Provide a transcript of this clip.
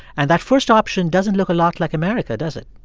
and that first option doesn't look a lot like america, does it?